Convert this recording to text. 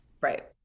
right